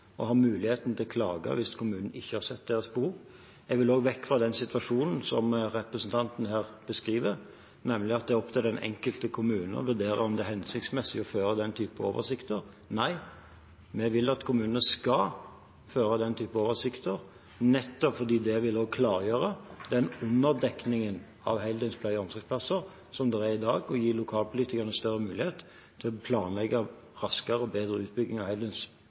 og har muligheten til å klage hvis kommunen ikke har sett deres behov. Jeg vil også vekk fra den situasjonen som representanten her beskriver, nemlig at det er opp til den enkelte kommune å vurdere om det er hensiktsmessig å føre den type oversikter. Nei, vi vil at kommunene skal føre den type oversikter, nettopp fordi det også vil klargjøre den underdekningen av heldøgns pleie- og omsorgsplasser som er i dag, og gi lokalpolitikerne større mulighet til å planlegge raskere og bedre utbygging av